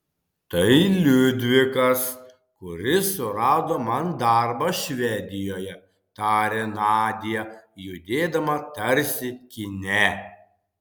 tai liudvikas kuris surado man darbą švedijoje tarė nadia judėdama tarsi kine